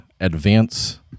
advance